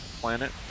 planet